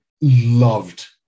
loved